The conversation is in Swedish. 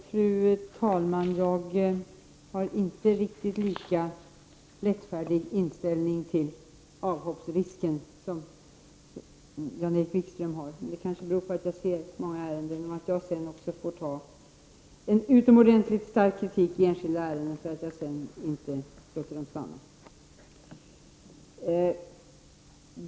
Fru talman! Jag har inte en riktigt lika lättfärdig inställning till avhoppsrisken som Jan-Erik Wikström, vilket kanske beror på att jag ser många ärenden och sedan får ta emot en utomordentligt stark kritik i enskilda ärenden för att jag inte låter personer stanna.